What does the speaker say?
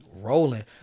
rolling